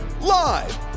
Live